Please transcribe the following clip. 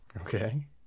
Okay